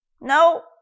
No